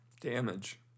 Damage